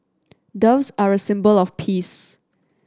doves are a symbol of peace